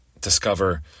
Discover